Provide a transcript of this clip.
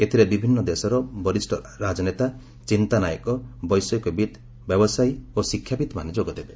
ଏଥିରେ ବିଭିନ୍ନ ଦେଶର ବରିଷ୍ଣ ରାଜନେତା ଚିନ୍ତାନାୟକ ବୈଷୟିକବିତ୍ ବ୍ୟବସାୟୀ ଓ ଶିକ୍ଷାବିତ୍ମାନେ ଯୋଗଦେବେ